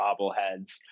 bobbleheads